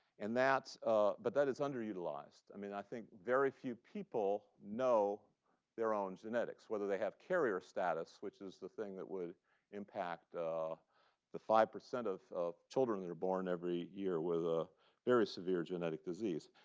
and ah but that is under-utilized. i mean, i think very few people know their own genetics whether they have carrier status, which is the thing that would impact the five percent of of children that are born every year with a very severe genetic disease.